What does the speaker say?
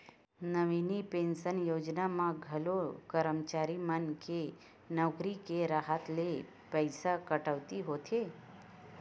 नवीन pension योजना म घलो करमचारी मन के नउकरी के राहत ले पइसा कटउती होथे